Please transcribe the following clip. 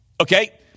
Okay